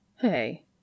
Hey